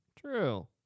True